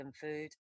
food